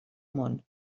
món